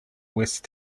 west